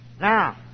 Now